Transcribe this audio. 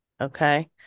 Okay